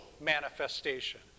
manifestation